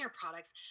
products